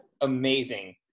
amazing